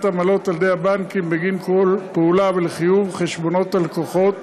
עמלות על-ידי הבנקים בגין כל פעולה ולחיוב חשבונות הלקוחות